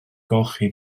golchi